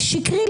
שקרי,